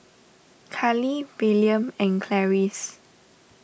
Khalil Willam and Clarice